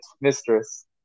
mistress